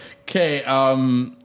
Okay